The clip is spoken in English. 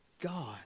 God